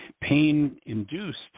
Pain-induced